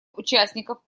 участников